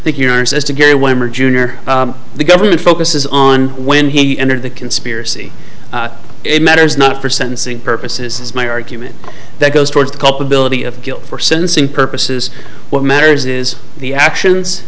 are junior the government focuses on when he entered the conspiracy it matters not for sentencing purposes is my argument that goes towards the culpability of guilt for sentencing purposes what matters is the actions